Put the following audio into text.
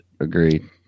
agreed